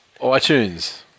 iTunes